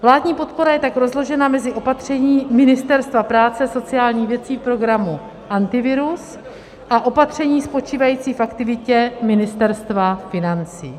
Vládní podpora je tak rozložena mezi opatření Ministerstva práce a sociálních věcí programu Antivirus a opatření spočívající v aktivitě Ministerstva financí.